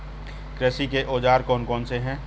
कृषि के औजार कौन कौन से हैं?